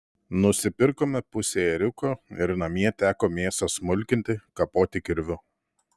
nusipirkome pusę ėriuko ir namie teko mėsą smulkinti kapoti kirviu